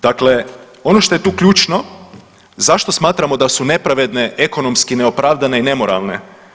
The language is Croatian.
Dakle, ono što je tu ključno zašto smatramo da su nepravedne, ekonomski neopravdane i nemoralne?